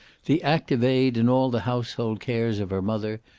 the active aid in all the household cares of her mother,